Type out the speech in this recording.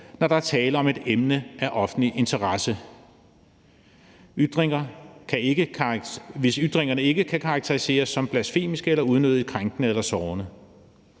når der er tale om et emne af offentlig interesse, og hvis ytringerne ikke kan karakteriseres som blasfemiske eller unødigt krænkende eller sårende.